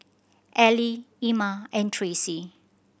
Ellie Ima and Tracey